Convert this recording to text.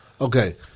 okay